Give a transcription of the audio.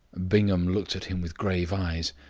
bingham looked at him with grave eyes.